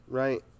right